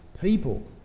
people